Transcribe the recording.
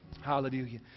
Hallelujah